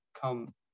come